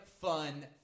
Fun